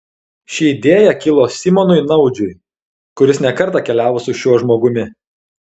ši idėja kilo simonui naudžiui kuris ne kartą keliavo su šiuo žmogumi